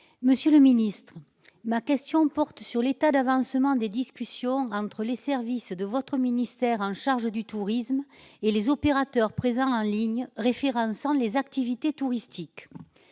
Monsieur le secrétaire d'État, ma question porte sur l'état d'avancement des discussions entre les services du ministère chargé du tourisme et les opérateurs présents en ligne référençant les activités touristiques.